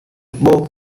book